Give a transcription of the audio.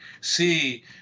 see